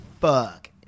fuck